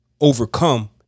overcome